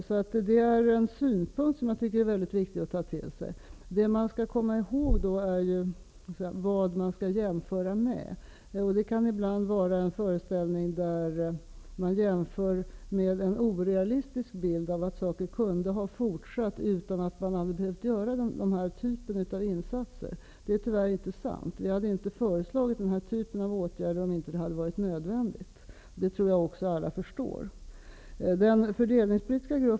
Det är därför en synpunkt som jag tycker är mycket viktig att ta till sig. Det man skall komma ihåg är så att säga vad man skall jämföra med. Det kan ibland förekomma orealistiska föreställningar om att saker och ting kunde ha fortsatt utan att det hade varit nödvändigt med den här typen av insatser. Det är tyvärr inte sant. Jag hade inte föreslagit den här typen av åtgärder om det inte hade varit nödvändigt. Det tror jag också att alla förstår.